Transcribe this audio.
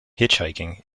hitchhiking